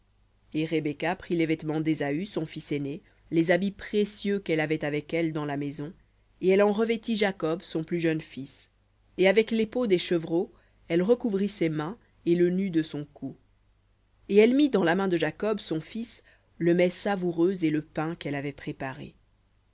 et rebecca prit les vêtements d'ésaü son fils aîné les habits précieux qu'elle avait avec elle dans la maison et elle en revêtit jacob son plus jeune fils et avec les peaux des chevreaux elle recouvrit ses mains et le nu de son cou et elle mit dans la main de jacob son fils le mets savoureux et le pain qu'elle avait préparés